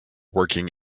working